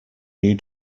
new